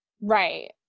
Right